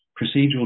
procedural